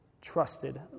trusted